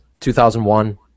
2001